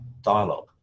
dialogue